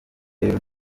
rero